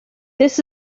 this